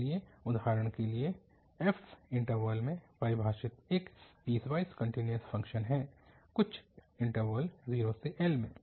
इसलिए उदाहरण के लिए f इन्टरवल में परिभाषित एक पीसवाइस कन्टिन्यूअस फ़ंक्शन है कुछ इन्टरवल 0L में